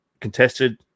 contested